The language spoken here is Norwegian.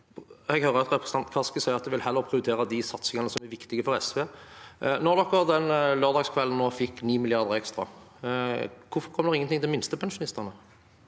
Jeg hører at repre- sentanten Kaski sier at de heller vil prioritere de satsingene som er viktige for SV. Når SV den lørdagskvelden fikk 9 mrd. kr ekstra, hvorfor kommer det ingenting til minstepensjonistene?